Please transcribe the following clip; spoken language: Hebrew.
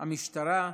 המשטרה,